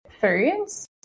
foods